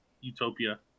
utopia